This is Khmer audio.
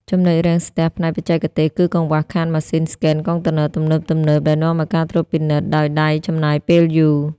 ចំណុចរាំងស្ទះផ្នែកបច្ចេកទេស គឺកង្វះខាតម៉ាស៊ីនស្កេនកុងតឺន័រទំនើបៗ ដែលនាំឱ្យការត្រួតពិនិត្យដោយដៃចំណាយពេលយូរ។